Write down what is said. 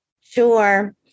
Sure